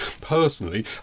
Personally